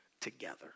together